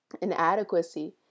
Inadequacy